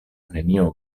nenio